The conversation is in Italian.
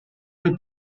nel